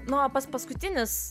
nu o pats paskutinis